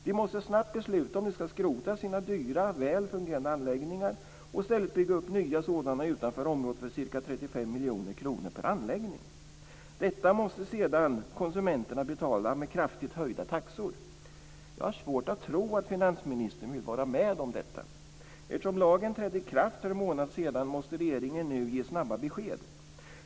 De måste snabbt besluta om de ska skrota sina dyra och väl fungerande anläggningar och i stället bygga upp nya sådana utanför området för ca 35 miljoner kronor per anläggning. Detta måste sedan konsumenterna betala med kraftigt höjda taxor. Jag har svårt att tro att finansministern vill vara med om detta. Eftersom lagen trädde i kraft för en månad sedan måste regeringen nu ge snabba besked.